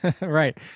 Right